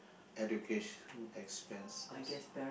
education expenses